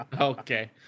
okay